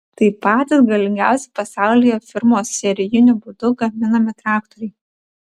tai patys galingiausi pasaulyje firmos serijiniu būdu gaminami traktoriai